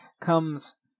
comes